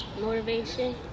Motivation